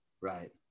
Right